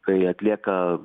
kai atlieka